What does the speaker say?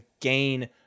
gain